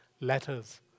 letters